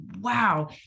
wow